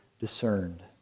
discerned